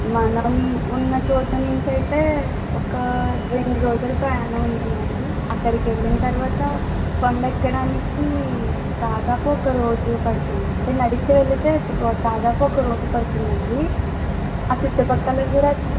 మనం ఉన్నచోటనుంచి అయితే ఒక రెండు రోజులు ప్రయాణం ఉంటుందండి అక్కడికి వెళ్ళిన తరువాత కొండెక్కడానికి దాదాపు ఒకరోజు పడుతుంది అంటే నడిచి వెళ్తే దాదాపు ఒకరోజు పడుతుందండి ఆ చుట్టుప్రక్కల కూడా